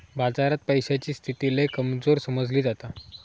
बाजारात पैशाची स्थिती लय कमजोर समजली जाता